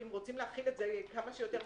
אם רוצים להחיל את זה מהר ככל הניתן,